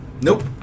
Nope